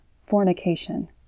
fornication